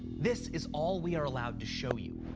this is all we are allowed to show you.